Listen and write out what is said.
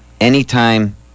anytime